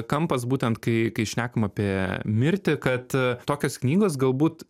kampas būtent kai kai šnekama apie mirtį kad tokios knygos galbūt